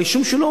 ברישום שלו,